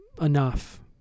enough